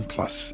Plus